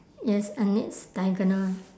yes and it's diagonal